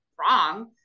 wrong